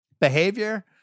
behavior